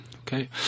Okay